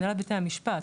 הנהלת בתי המשפט,